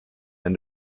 and